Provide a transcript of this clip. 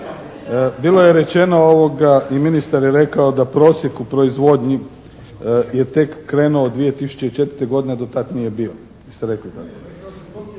Bilo je rečeno i ministar je rekao da prosjek u proizvodnji je tek krenuo 2004. godine do tad nije bio.